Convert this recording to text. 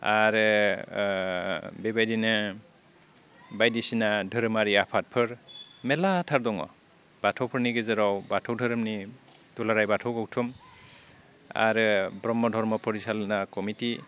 आरो बेबायदिनो बायदिसिना धोरोमारि आफादफोर मेरलाथार दङ बाथौफोरनि गेजेराव बाथौ धोरोमनि दुलाराय बाथौ गौथुम आरो ब्रह्म धर्म फरिसालना कमिटि